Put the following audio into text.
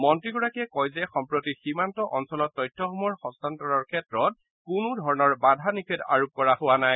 মন্ত্ৰীগৰাকীয়ে কয় যে সম্প্ৰতি সীমান্ত অঞ্চলত তথ্যসমূহৰ হস্তান্তৰৰ ক্ষেত্ৰত কোনো ধৰণৰ বাধা নিষেধ আৰোপ কৰা হোৱা নাই